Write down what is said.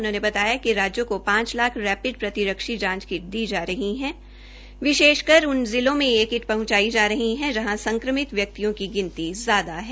उन्होंने बताया कि राज्यों को पांच लाख रेपिड प्रतिरक्षी जांच किट दी जा रही है विशेषकर उप जिलों में ये किट पहुंचाई जा रही है जहां संक्रमित व्यक्तियों की गिनती ज्यादा है